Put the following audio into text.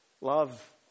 Love